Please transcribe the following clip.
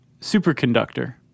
superconductor